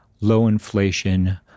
low-inflation